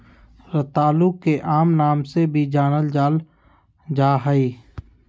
रतालू के आम नाम से भी जानल जाल जा हइ